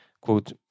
quote